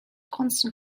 constant